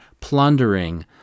plundering